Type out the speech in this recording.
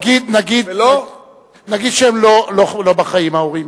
נגיד שהם לא בחיים, הורים?